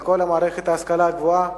על כל מערכת ההשכלה הגבוהה,